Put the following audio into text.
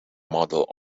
model